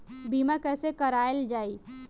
बीमा कैसे कराएल जाइ?